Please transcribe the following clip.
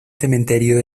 cementerio